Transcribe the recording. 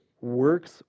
works